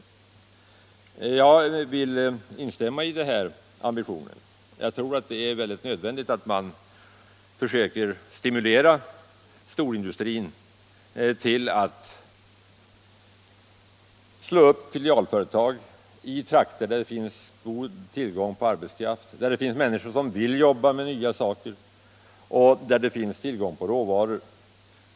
Jag vill ansluta mig till den ambitionen; jag tror att Tisdagen den det är nödvändigt att man försöker stimulera storindustrier till att slå 20 april 1976 upp filialföretag i trakter där det finns människor som vill jobba med nya saker och där det finns tillgång till råvaror.